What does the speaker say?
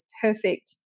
perfect